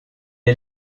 est